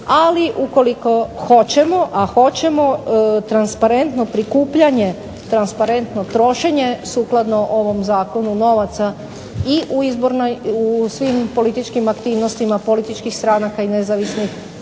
Ali ukoliko hoćemo, a hoćemo, transparentno prikupljanje, transparentno trošenje sukladno ovom zakonu novaca i u svim političkim aktivnostima, svih političkih stranaka i nezavisnih